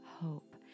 hope